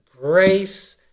grace